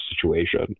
situation